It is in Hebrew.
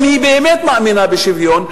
אם היא באמת מאמינה בשוויון,